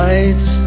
Lights